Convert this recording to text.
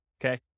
okay